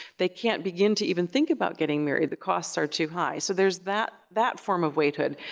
they can't begin to even think about getting married, the costs are too high. so, there's that that form of waithood.